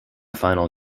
final